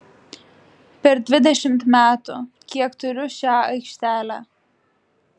per dvidešimt metų kiek turiu šią aikštelę